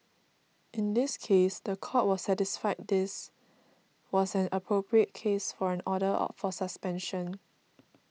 in this case the Court was satisfied this was an appropriate case for an order for suspension